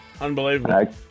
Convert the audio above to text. Unbelievable